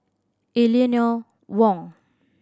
Eleanor Wong